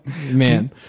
Man